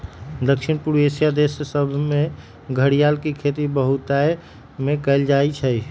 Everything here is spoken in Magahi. दक्षिण पूर्वी एशिया देश सभमें घरियार के खेती बहुतायत में कएल जाइ छइ